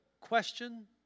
question